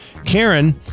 Karen